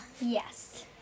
Yes